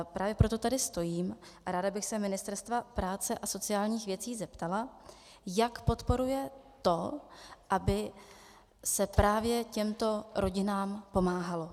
Právě proto tady stojím a ráda bych se Ministerstva práce a sociálních věcí zeptala, jak podporuje to, aby se právě těmto rodinám pomáhalo.